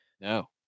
No